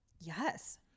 Yes